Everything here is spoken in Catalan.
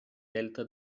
delta